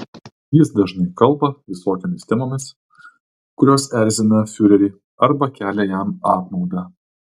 jis dažnai kalba visokiomis temomis kurios erzina fiurerį arba kelia jam apmaudą